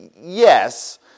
Yes